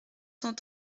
cent